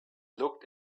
looked